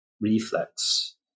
reflex